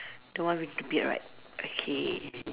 the one with the beard right okay